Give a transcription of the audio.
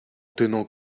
tenant